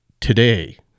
today